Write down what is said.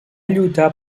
lluitar